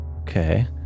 Okay